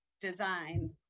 design